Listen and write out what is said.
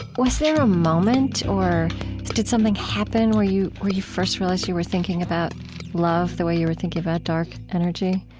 was there a moment or did something happen where you where you first realized you were thinking about love the way you were thinking about dark energy?